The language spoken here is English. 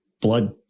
blood